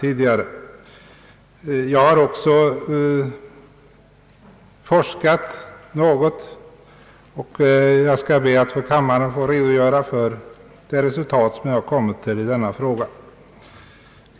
även jag har forskat något och skall be att för kammaren få redovisa det resultat jag har kommit till.